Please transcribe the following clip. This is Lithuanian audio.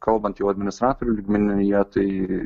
kalbant jau administratorių lygmenyje tai